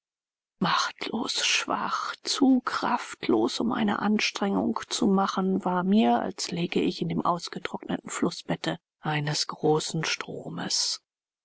machtlos schwach zu kraftlos um eine anstrengung zu machen war mir als läge ich in dem ausgetrockneten flußbette eines großen stromes